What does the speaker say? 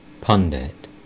Pundit